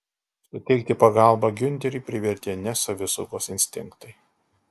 suteikti pagalbą giunterį privertė ne savisaugos instinktai